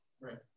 Right